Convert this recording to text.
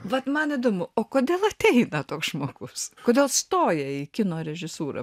vat man įdomu o kodėl ateina toks žmogus kodėl stoja į kino režisūrą